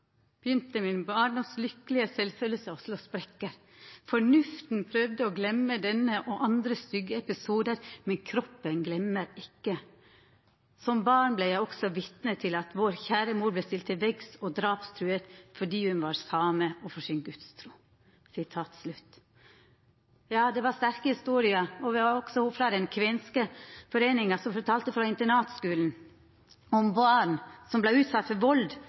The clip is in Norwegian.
begynte min barndoms lykkelige selvfølelse å slå sprekker, Fornuften prøvde å glemme denne og andre stygge episoder, men kroppen glemmer ikke. Som barn ble jeg også vitne til at vår kjære mor ble stilt til veggs og drapstruet fordi hun var same og for sin Gudstro.» Det var sterke historier, og me har òg ho frå den kvenske foreininga som fortalde om barn frå internatskulen som vart utsette for